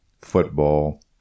football